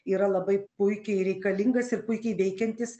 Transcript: yra labai puikiai reikalingas ir puikiai veikiantis